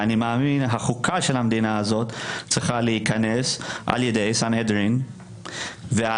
אני מאמין שהחוקה של המדינה צריכה להיכנס על ידי סנהדרין והחוקה